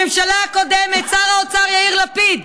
הממשלה הקודמת, שר האוצר: יאיר לפיד.